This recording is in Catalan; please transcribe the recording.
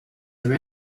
haver